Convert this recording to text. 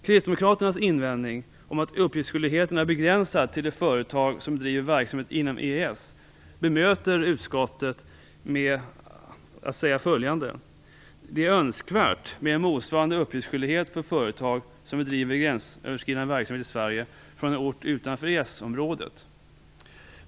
Kristdemokraternas invändning om att uppgiftsskyldigheten är begränsad till de företag som driver verksamhet inom EES bemöter utskottet med att säga följande: Det är önskvärt med en motsvarande uppgiftsskyldighet för företag som bedriver gränsöverskridande verksamhet i Sverige från en ort utanför EES-området.